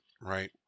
right